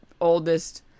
oldest